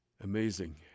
Amazing